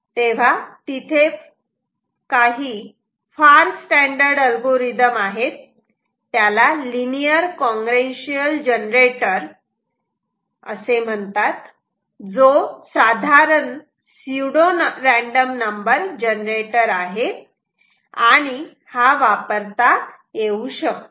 तेव्हा तिथे काही फार स्टॅंडर्ड अल्गोरिदम आहे त्याला लिनियर काँग्रेएंशियल जनरेटर LCG जो साधारण सीयूडो रँडम नंबर जनरेटर आहे आणि हा वापरता येऊ शकतो